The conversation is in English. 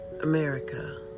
America